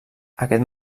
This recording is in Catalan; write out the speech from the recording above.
aquest